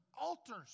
altars